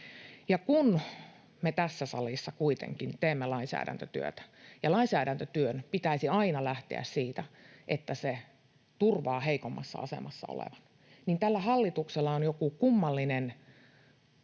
kun me tässä salissa kuitenkin teemme lainsäädäntötyötä ja lainsäädäntötyön pitäisi aina lähteä siitä, että se turvaa heikommassa asemassa olevan, niin tällä hallituksella on joku kummallinen